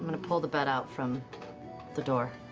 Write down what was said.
to pull the bed out from the door.